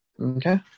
Okay